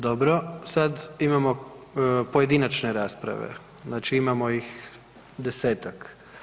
Dobro, sad imamo pojedinačne rasprave, znači imamo ih 10-tak.